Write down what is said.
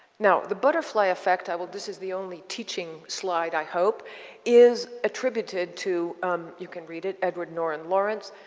now, the butterfly effect i will this is the only teaching slide i hope is attributed to you can read it, edward norton lawrence